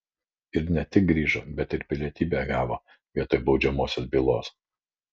ir ne tik grįžo bet ir pilietybę gavo vietoj baudžiamosios bylos